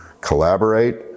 collaborate